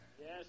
Yes